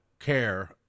care